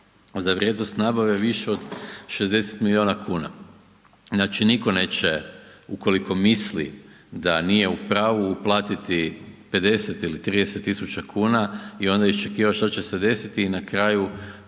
za vrijednost nabave više od 60 miliona kuna. Znači nitko neće ukoliko misli da nije u pravu uplatiti 50 ili 30 tisuća kuna i onda iščekivati što će se desiti i na kraju